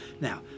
Now